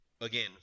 again